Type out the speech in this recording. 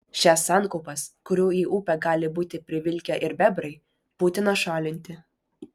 šias sankaupas kurių į upę gali būti privilkę ir bebrai būtina šalinti